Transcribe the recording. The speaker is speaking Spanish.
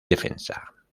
defensa